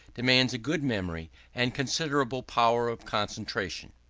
demands a good memory and considerable power of concentration.